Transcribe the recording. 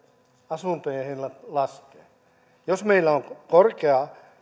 asuntojen hinnat laskevat jos meillä on korkea